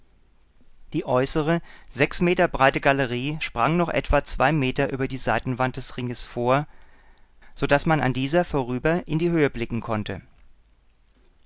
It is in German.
die äußere sechs meter breite galerie sprang noch etwa zwei meter über die seitenwand des ringes vor so daß man an dieser vorüber in die höhe blicken konnte